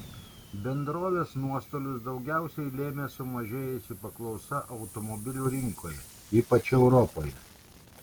bendrovės nuostolius daugiausiai lėmė sumažėjusi paklausa automobilių rinkoje ypač europoje